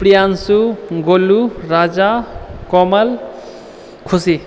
प्रियांशु गोलू राजा कोमल खुशी